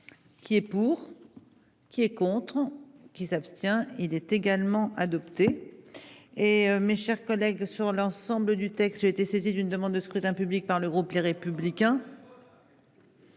Qui est pour. Qui est compteront qui s'abstient. Il est également adopté. Et mes chers collègues, sur l'ensemble du texte. J'ai été saisi d'une demande de scrutin public par le groupe Les Républicains.